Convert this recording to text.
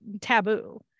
taboo